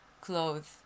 clothes